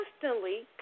constantly